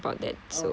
oh okay